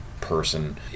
person